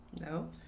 No